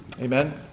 Amen